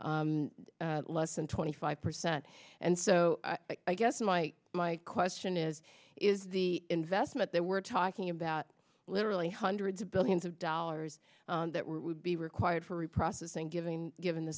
less than twenty five percent and so i guess my question is is the investment that we're talking about literally hundreds of billions of dollars that would be required for reprocessing giving given the